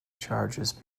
charges